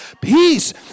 peace